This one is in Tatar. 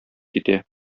китә